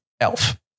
elf